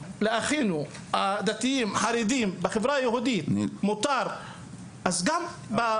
אם לאחינו החרדים מותר אז גם שם מותר.